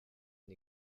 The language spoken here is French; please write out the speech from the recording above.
une